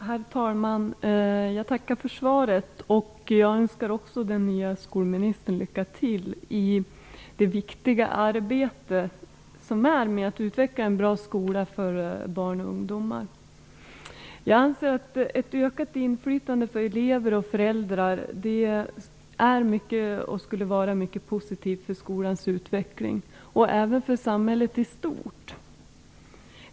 Herr talman! Jag tackar för svaret. Jag önskar också den nya skolministern lycka till i det viktiga arbetet med att utveckla en bra skola för barn och ungdomar. Jag anser att ett ökat inflytande för elever och föräldrar är mycket positivt och skulle vara mycket positivt för skolans utveckling och även för samhället i stort.